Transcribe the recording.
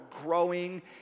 growing